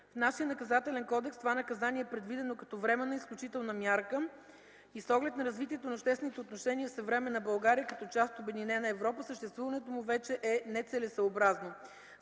В нашия Наказателен кодекс това наказание е предвидено като временна и изключителна мярка и с оглед на развитието на обществените отношения в съвременна България като част от обединена Европа съществуването му вече е нецелесъобразно.